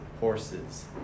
horses